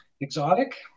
exotic